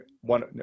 one